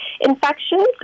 infections